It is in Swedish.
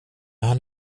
han